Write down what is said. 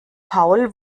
paul